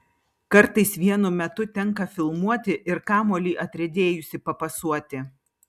kartais vienu metu tenka filmuoti ir kamuolį atriedėjusį papasuoti